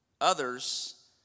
others